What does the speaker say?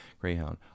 Greyhound